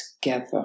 together